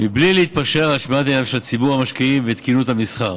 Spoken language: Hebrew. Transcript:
בלי להתפשר על שמירת ענייניו של ציבור המשקיעים ותקינות המסחר.